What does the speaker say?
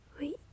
Wait